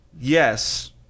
yes